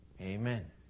Amen